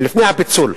לפני הפיצול,